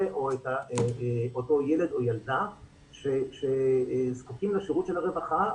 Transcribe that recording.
או את אותו ילד או ילדה שזקוקים לשירות של הרווחה.